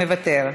מוותר,